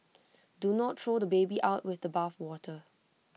do not throw the baby out with the bathwater